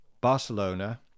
Barcelona